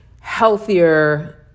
healthier